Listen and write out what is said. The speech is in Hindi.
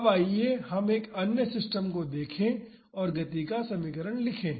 अब आइए हम एक अन्य सिस्टम को देखें और गति का समीकरण लिखें